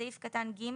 (3)בסעיף קטן (ג),